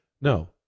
No